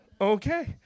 Okay